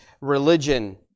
religion